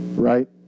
Right